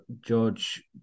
George